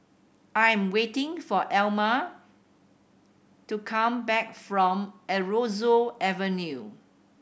I am waiting for Elam to come back from Aroozoo Avenue